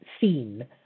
seen